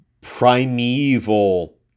primeval